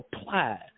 Apply